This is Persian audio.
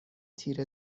تیره